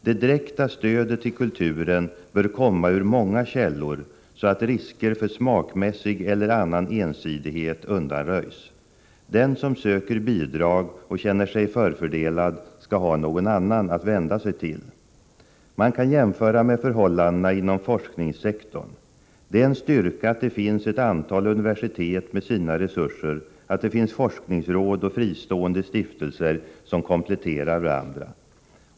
Det direkta stödet till kulturen bör komma ur många källor, så att risker för smakmässig eller annan ensidighet undanröjs. Den som söker bidrag och känner sig förfördelad skall ha någon annan att vända sig till. Man kan jämföra med förhållandena inom forskningssektorn. Det är en styrka att det finns ett antal universitet med sina resurser, forskningsråd och fristående stiftelser som kompletterar varandra.